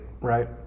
right